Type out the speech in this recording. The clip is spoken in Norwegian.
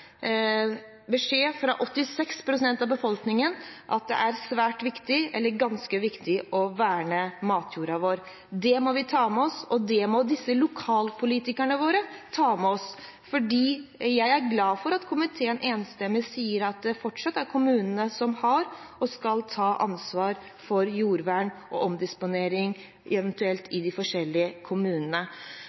av befolkningen om at det er svært viktig eller ganske viktig å verne matjorda vår. Det må vi ta med oss, og det må også lokalpolitikerne våre ta med seg. Jeg er glad for at komiteen enstemmig sier at det fortsatt er kommunene som har og skal ta ansvar for jordvern og eventuell omdisponering i de forskjellige kommunene.